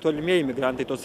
tolimieji migrantai tos